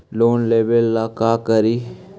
Loan लेबे ला का करि?